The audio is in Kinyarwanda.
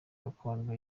gakondo